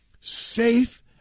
Safe